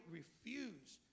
refuse